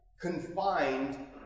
confined